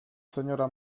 seniora